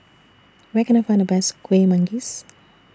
Where Can I Find The Best Kueh Manggis